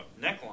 neckline